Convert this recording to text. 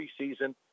preseason –